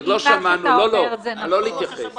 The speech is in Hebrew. עוד לא שמענו ------ יעל,